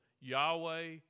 Yahweh